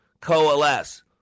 coalesce